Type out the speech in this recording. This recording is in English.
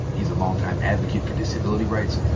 he's a long-time advocate for disability rights.